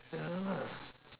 yeah